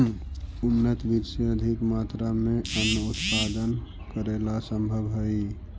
उन्नत बीज से अधिक मात्रा में अन्नन उत्पादन करेला सम्भव हइ